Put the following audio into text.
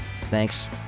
Thanks